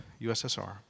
USSR